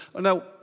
Now